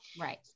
Right